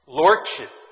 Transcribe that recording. lordship